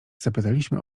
zapytaliśmy